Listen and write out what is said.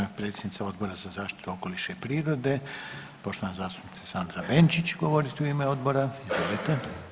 Sada će predsjednica Odbora za zaštitu okoliša i prirode, poštovana zastupnica Sandra Benčić govorit u ime odbora, izvolite.